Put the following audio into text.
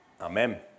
Amen